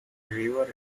river